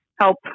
help